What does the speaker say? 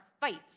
fights